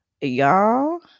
Y'all